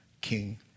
King